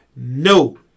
No